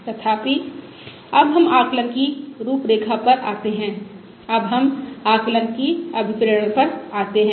तथापि अब हम आकलन की रूपरेखा पर आते हैं अब हम आकलन की अभिप्रेरण पर आते हैं